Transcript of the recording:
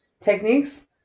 techniques